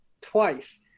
twice